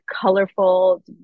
colorful